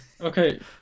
Okay